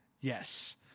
Yes